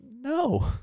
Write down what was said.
no